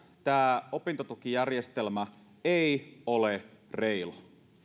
tämä opintotukijärjestelmä ei ole reilu